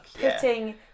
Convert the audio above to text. putting